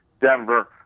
Denver